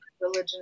religion